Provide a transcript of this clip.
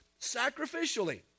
sacrificially